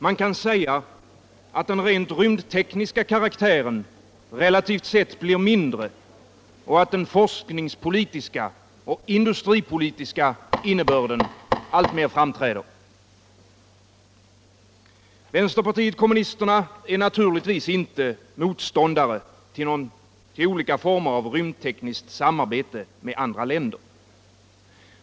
Man kan säga att den rent rymdtekniska karaktären relativt sett blir mindre och att den forskningspolitiska och industripolitiska innebörden alltmer framträder. Vpk är naturligtvis inte motståndare till olika former av rymdtekniskt samarbete med andra länder.